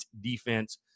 defense